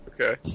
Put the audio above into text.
Okay